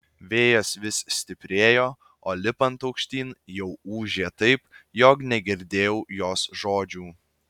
vėjas vis stiprėjo o lipant aukštyn jau ūžė taip jog negirdėjau jos žodžių